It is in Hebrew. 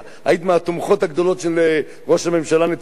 היית מהתומכות הגדולות של ראש הממשלה נתניהו,